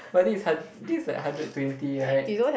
but this is hun~ this is like hundred twenty right